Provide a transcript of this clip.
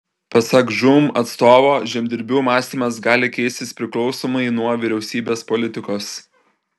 pasak žūm atstovo žemdirbių mąstymas gali keistis priklausomai nuo vyriausybės politikos